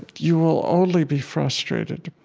you will only be frustrated.